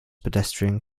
pedestrian